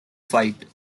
fight